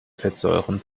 fettsäuren